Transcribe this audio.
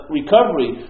recovery